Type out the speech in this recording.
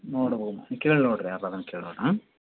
ನೋಡ್ಬೋದು ಕೇಳಿ ನೋಡಿರಿ ಇದಾವೇನ್ರಿ ಕೇಳಿ ನೋಡಿರಿ ಹ್ಞೂ